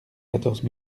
quatorze